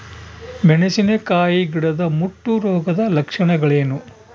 ಮೆಣಸಿನಕಾಯಿ ಗಿಡದ ಮುಟ್ಟು ರೋಗದ ಲಕ್ಷಣಗಳೇನು?